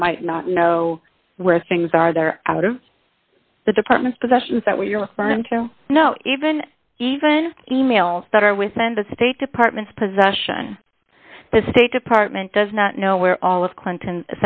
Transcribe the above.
they might not know where things are they're out of the department's possession is that what you're referring to no even even e mails that are within the state department's possession the state department does not know where all of clinton